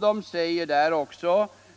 De säger: